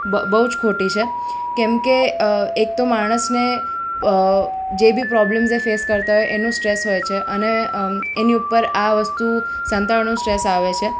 બ બહુ જ ખોટી છે કેમકે એક તો માણસને જે બી પ્રોબ્લેમ્સને ફેસ કરતા હોય એનું સ્ટ્રેસ હોય છે અને એની ઉપર આ વસ્તુ સંતાડવાનું સ્ટ્રેસ આવે છે